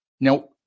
now